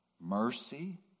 mercy